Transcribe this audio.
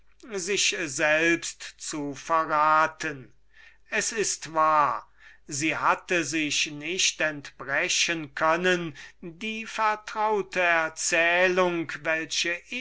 sich selbst zu verraten es ist wahr sie hatte sich nicht entbrechen können die vertraute erzählung welche